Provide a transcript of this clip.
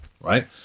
right